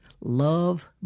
love